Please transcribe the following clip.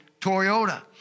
Toyota